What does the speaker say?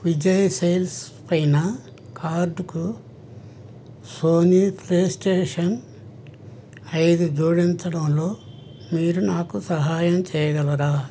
Vijay sales పైన కార్డుకు Sony PlayStation ఐదు జోడించడంలో మీరు నాకు సహాయం చేయగలరా